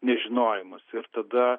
nežinojimas ir tada